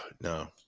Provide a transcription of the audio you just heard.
no